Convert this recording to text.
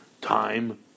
time